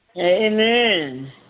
Amen